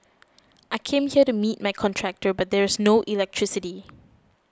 I came here to meet my contractor but there's no electricity